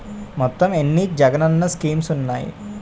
మొత్తం ఎన్ని జగనన్న స్కీమ్స్ ఉన్నాయి?